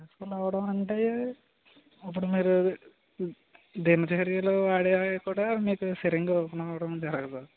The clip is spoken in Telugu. అవడమంటే అప్పుడు మీరు దినచర్యలో వాడేవి కూడా మీకు సరింగా ఓపెన్ అవ్వడం జరగదు